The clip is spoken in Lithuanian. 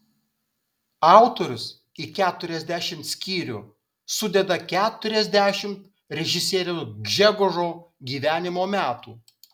autorius į keturiasdešimt skyrių sudeda keturiasdešimt režisieriaus gžegožo gyvenimo metų